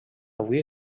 avui